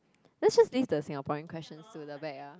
lets just leave the Singaporean questions to the back ah